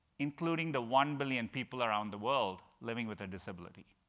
including the one billion people around the world living with a disability.